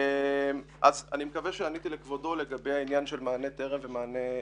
אני מקווה שעניתי לכבודו לגבי העניין של מענה טרם ומענה גשר.